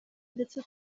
ndetse